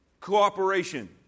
Cooperation